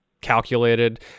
calculated